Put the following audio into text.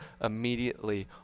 immediately